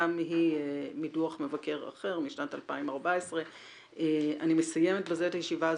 גם היא מדוח מבקר אחר משנת 2014. אני מסיימת בזה את הישיבה הזאת.